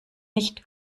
nicht